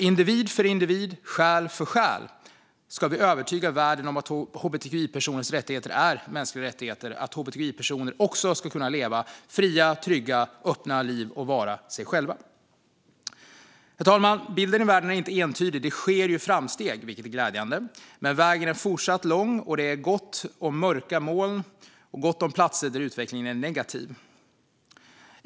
Individ för individ, själ för själ ska vi övertyga världen om att hbtqi-personers rättigheter är mänskliga rättigheter och att hbtqi-personer också ska kunna leva fria, trygga, öppna liv och vara sig själva. Herr talman! Bilden i världen är inte entydig. Det sker framsteg, vilket är glädjande, men vägen är fortsatt lång, det är gott om mörka moln och gott om platser där utvecklingen är negativ.